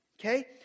okay